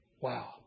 Wow